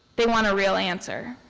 they want a real answer